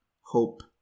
hope